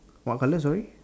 what colour sorry